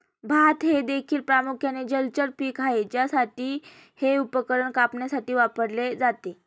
भात हे देखील प्रामुख्याने जलचर पीक आहे ज्यासाठी हे उपकरण कापण्यासाठी वापरले जाते